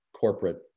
corporate